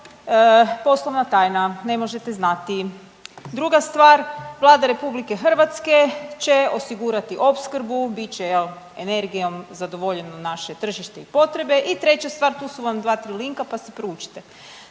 poslovna tajna ne možete znati, druga stvar Vlada RH će opskrbu bit će jel energijom zadovoljno naše tržište i potrebe i treća stvar tu su vam dva, tri linka pa si proučite.